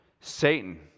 Satan